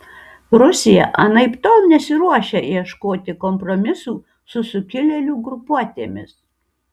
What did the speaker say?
rusija anaiptol nesiruošia ieškoti kompromisų su sukilėlių grupuotėmis